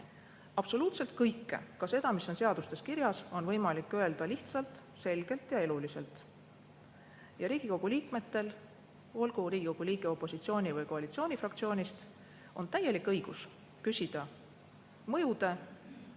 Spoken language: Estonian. Absoluutselt kõike, ka seda, mis on seadustes kirjas, on võimalik öelda lihtsalt, selgelt ja eluliselt. Riigikogu liikmetel, olgu Riigikogu liige opositsioonis või koalitsioonis, on täielik õigus küsida mõjude,